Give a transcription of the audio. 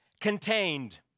contained